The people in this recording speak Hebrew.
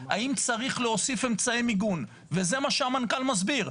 האם צריך להוסיף אמצעי מיגון וזה מה שהמנכ"ל מסביר,